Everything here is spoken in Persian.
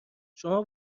شما